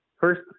first